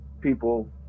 people